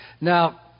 Now